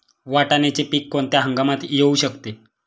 वाटाण्याचे पीक कोणत्या हंगामात येऊ शकते?